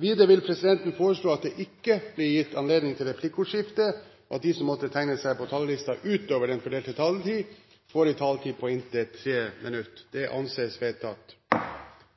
Videre vil presidenten foreslå at det ikke blir gitt anledning til replikkordskifte, og at de som måtte tegne seg på talerlisten utover den fordelte taletid, får en taletid på inntil 3 minutter. – Det anses vedtatt.